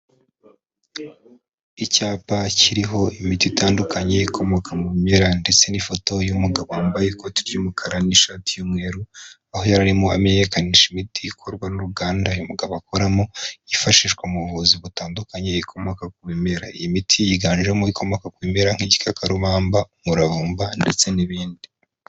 Icyapa kiriho imiti itandukanye ikomoka mu bimera ndetse n'ifoto y'umugabo, wambaye ikoti ry'umukara n'ishati y'umweru, aho yari arimo amenyekanisha imiti ikorwa n'uruganda uyu umugabo akoramo, yifashishwa mu buvuzi butandukanye ikomoka ku bimera, iyi imiti yiganjemo ikomoka ku bimera nk'igikakarubamba, umuravumba ndetse n'ibindi.